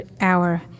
hour